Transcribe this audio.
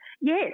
Yes